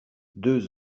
deux